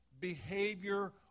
behavior